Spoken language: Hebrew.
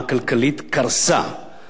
קרסה טוטלית.